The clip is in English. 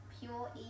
pure